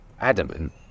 adamant